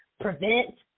prevent